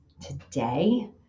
today